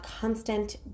constant